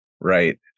right